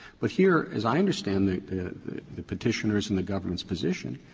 but here, as i understand the the petitioner's and the government's position,